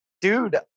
dude